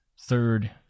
Third